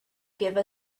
give